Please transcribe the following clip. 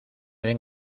den